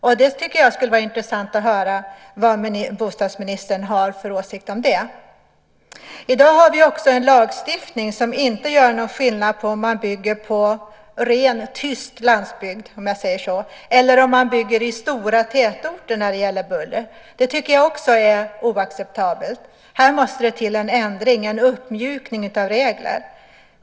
Jag tycker att det skulle vara intressant att höra vad bostadsministern har för åsikt om det. I dag har vi en lagstiftning som inte gör någon skillnad när det gäller buller om man bygger på ren tyst landsbygd - om jag säger så - eller om man bygger i stora tätorter. Det tycker jag är oacceptabelt. Här måste det till en ändring, en uppmjukning av regler.